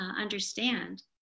understand